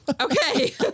Okay